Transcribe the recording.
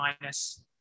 minus